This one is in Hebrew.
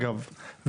אגב,